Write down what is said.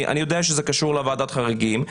אני יודע שזה קשור לוועדת חריגים,